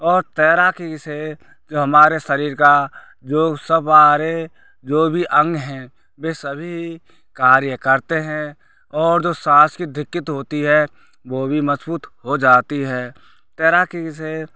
और तैराकी से जो हमारे शरीर का जो है जो अंग हैं वो सभी कार्य करते हैं और जो साँस की दिक्कत होती है वो भी मजबूत हो जाती है तैराकी से हमारे